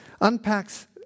unpacks